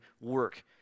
work